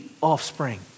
offspring